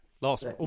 last